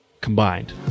combined